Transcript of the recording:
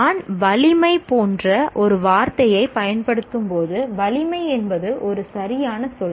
நான் வலிமை போன்ற ஒரு வார்த்தையைப் பயன்படுத்தும்போது வலிமை என்பது ஒரு சரியான சொல்